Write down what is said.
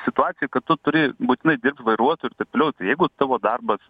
situacijoj kad tu turi būtinai dirbt vairuotoju ir taip toliau tai jeigu tavo darbas